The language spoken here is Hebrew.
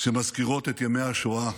שמזכירות את ימי השואה,